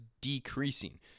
decreasing